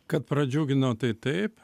kad pradžiugino tai taip